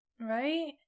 Right